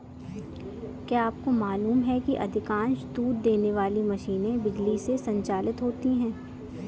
क्या आपको मालूम है कि अधिकांश दूध देने वाली मशीनें बिजली से संचालित होती हैं?